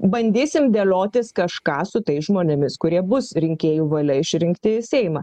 bandysim dėliotis kažką su tais žmonėmis kurie bus rinkėjų valia išrinkti į seimą